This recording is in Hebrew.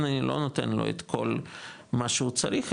אני לא נותן לו את כל מה שהוא צריך ,